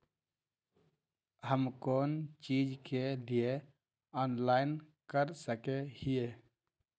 हम कोन चीज के लिए ऑनलाइन कर सके हिये?